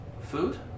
Food